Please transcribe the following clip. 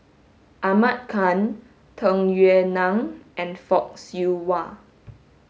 Ahmad Khan Tung Yue Nang and Fock Siew Wah